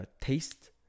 taste